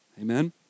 Amen